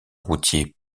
routier